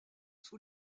sous